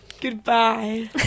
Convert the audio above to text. Goodbye